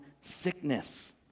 sickness